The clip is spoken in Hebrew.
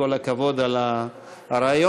כל הכבוד על הרעיון,